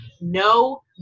no